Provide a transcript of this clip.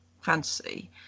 fantasy